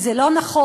הוא לא נכון,